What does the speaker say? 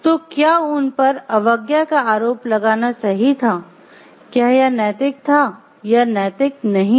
तो क्या उन पर अवज्ञा का आरोप लगाना सही था क्या यह नैतिक था या नैतिक नहीं था